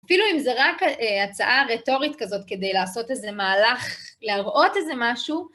אפילו אם זה רק הצעה רטורית כזאת, כדי לעשות איזה מהלך, להראות איזה משהו,